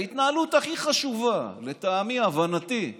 ההתנהלות הכי חשובה לטעמי, הבנתי,